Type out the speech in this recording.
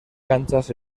canchas